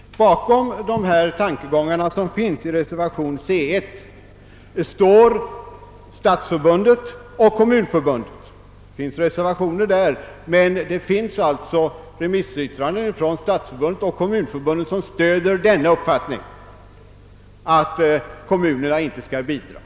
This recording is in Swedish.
Bakom de tankegångar som finns i reservationen 1 vid punkten c står Stadsförbundet och Kommunförbundet. Dessa stöder i sina remissyttranden uppfattningen att kommunerna inte skall bidra.